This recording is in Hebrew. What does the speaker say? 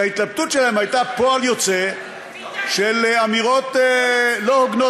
שההתלבטות שלהם הייתה פועל יוצא של אמירות לא הוגנות,